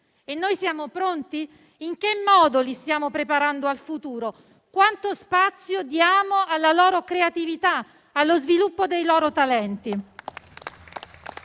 E noi siamo pronti? In che modo li stiamo preparando al futuro? Quanto spazio diamo alla loro creatività, allo sviluppo dei loro talenti?